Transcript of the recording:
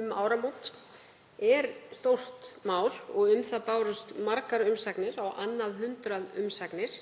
um áramót, er stórt mál og um það bárust margar umsagnir, á annað hundrað umsagnir.